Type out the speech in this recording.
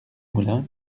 moulin